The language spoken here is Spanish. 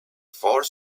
four